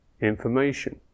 information